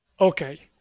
Okay